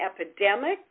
epidemic